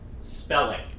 spelling